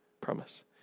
promise